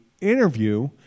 interview